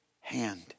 hand